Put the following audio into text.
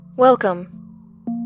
Welcome